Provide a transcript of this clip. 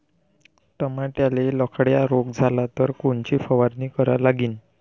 टमाट्याले लखड्या रोग झाला तर कोनची फवारणी करा लागीन?